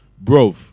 bro